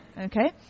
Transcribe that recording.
Okay